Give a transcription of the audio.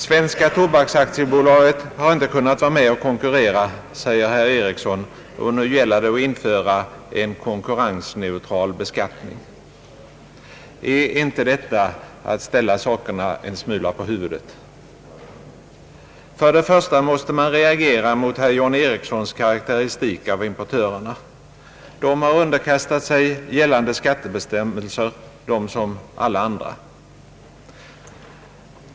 Svenska Tobaksaktiebolaget har inte kunnat vara med och konkurrera, säger herr Ericsson, och därför gäller det nu att införa en konkurrensneutral beskattning. Är inte detta att ställa sakerna en smula på huvudet? För det första måste man reagera mot herr John Eriessons karaktäristik av importörerna. De har underkastat sig gällande skattebestämmelser, de som alla andra.